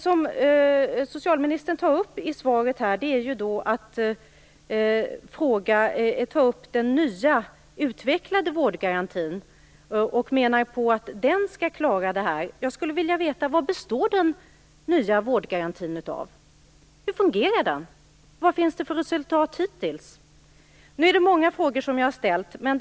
Socialministern tar i svaret upp den nya utvecklade vårdgarantin och menar på att den skall klara av detta. Vad består den nya vårdgarantin av? Hur fungerar den? Vad finns det för resultat hittills? Nu har jag ställt många frågor.